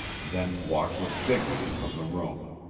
then walked with dignity from the room.